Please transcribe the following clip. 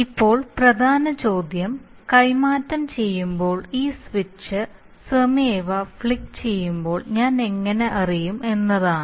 ഇപ്പോൾ പ്രധാന ചോദ്യം കൈമാറ്റം ചെയ്യുമ്പോൾ ഈ സ്വിച്ച് സ്വയമേവ ഫ്ലിക്ക് ചെയ്യുമ്പോൾ ഞാൻ എങ്ങനെ അറിയും എന്നതാണ്